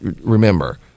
remember